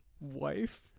wife